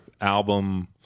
album